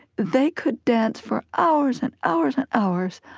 they could dance for hours and hours and hours,